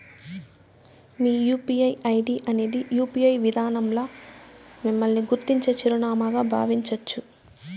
మీ UPI ID అనేది UPI విదానంల మిమ్మల్ని గుర్తించే చిరునామాగా బావించచ్చు